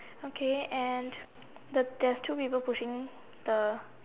okay and the there's two people pushing the